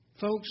Folks